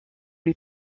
lui